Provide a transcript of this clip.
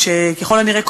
ככל הנראה,